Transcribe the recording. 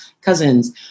cousins